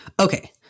Okay